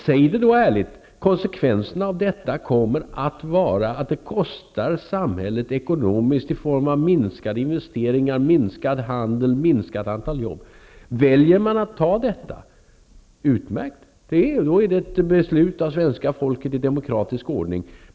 Säg ärligt som det är, att detta kommer att kosta samhället ekonomiskt i form av minskade investeringar, minskad handel, ett minskat antal jobb. Väljer man att ta detta -- utmärkt! Då är det ett beslut av svenska folket i demokratisk ordning.